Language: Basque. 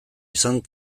izan